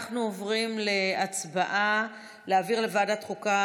אנחנו עוברים להצבעה על העברה לוועדה החוקה,